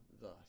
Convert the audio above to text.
thus